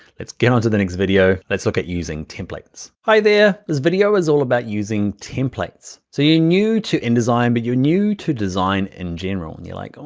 let's get onto the next video, let's look at using templates. hi there, this video is all about using templates. so you're new to indesign, but you're new to design in general, and you're like,